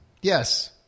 Yes